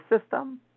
system